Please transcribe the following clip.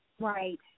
Right